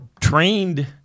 trained